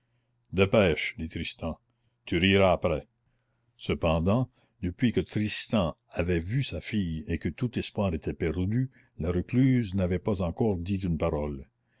dépêche dit tristan tu riras après cependant depuis que tristan avait vu sa fille et que tout espoir était perdu la recluse n'avait pas encore dit une parole